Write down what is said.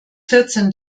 vierzehn